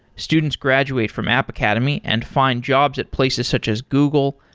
students graduate from app academy and find jobs at places such as google,